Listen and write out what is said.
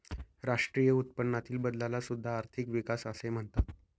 राष्ट्रीय उत्पन्नातील बदलाला सुद्धा आर्थिक विकास असे म्हणतात